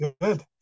good